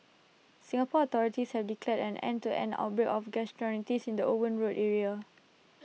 Singapore authorities have declared an end to an outbreak of gastroenteritis in the Owen road area